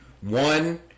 One